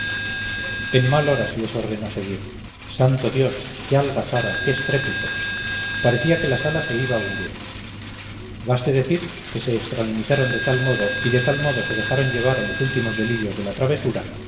en mal hora se les ordenó seguir santo dios qué algazara qué estrépito parecía que la sala se iba a hundir baste decir que se extralimitaron de tal modo y de tal modo se dejaron llevar a los últimos delirios de la travesura